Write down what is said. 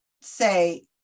say